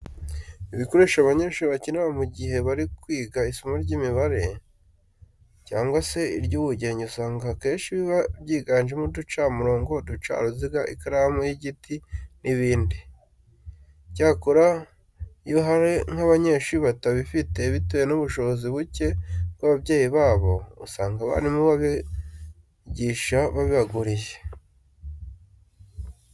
Ibikoresho abanyeshuri bakenera mu gihe bari kwiga isomo ry'imibare cyangwa se iry'ubugenge usanga akenshi biba byiganjemo uducamurongo, uducaruziga, ikaramu y'igiti n'ibindi. Icyakora iyo hari nk'abanyeshuri batabifite bitewe n'ubushobozi buke bw'ababyeyi babo, usanga abarimu babigisha babibaguriye.